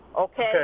Okay